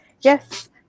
Yes